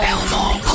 Elmore